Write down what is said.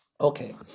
Okay